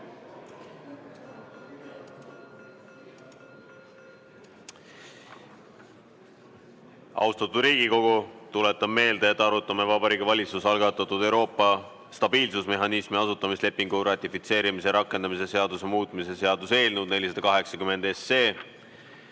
Austatud Riigikogu, tuletan meelde, et arutame Vabariigi Valitsuse algatatud Euroopa stabiilsusmehhanismi asutamislepingu ratifitseerimise ja rakendamise seaduse muutmise seaduse eelnõu 480.